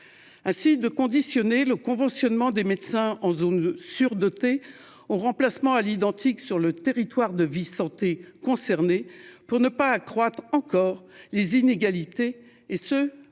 Ainsi de conditionner le conventionnement des médecins en zones surdotées ont remplacement à l'identique sur le territoire de vie santé concernés pour ne pas accroître encore les inégalités. Et ce, à l'instar